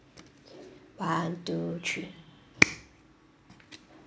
one two three